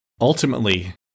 Ultimately